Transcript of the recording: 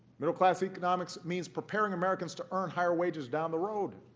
middle-class economics means preparing americans to earn higher wages down the road.